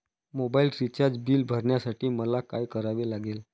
Mobile recharge bill भरण्यासाठी मला काय करावे लागेल?